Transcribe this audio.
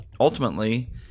ultimately